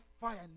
fire